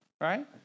right